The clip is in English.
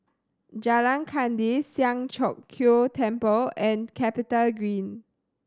Jalan Kandis Siang Cho Keong Temple and CapitaGreen